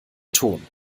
ton